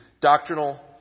doctrinal